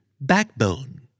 Backbone